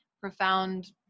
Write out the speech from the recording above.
profound